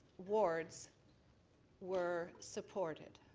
wards were supported.